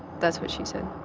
that's what she said.